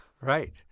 right